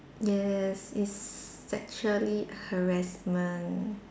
yes it's sexually harassment